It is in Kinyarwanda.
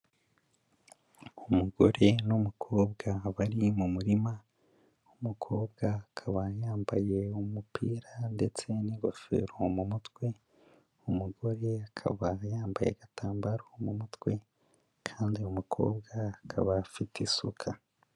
Umugore n'umukobwa bari mu murima, umukobwa akaba yambaye umupira ndetse n'ingofero mu mutwe, umugore akaba yambaye agatambaro ko mu mutwe kandi uyu mukobwa akaba afite isuka.